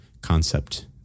concept